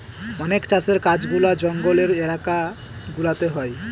অনেক চাষের কাজগুলা জঙ্গলের এলাকা গুলাতে হয়